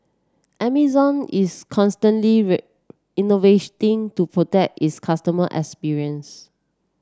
Amazon is constantly to protect is customer experience